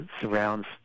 surrounds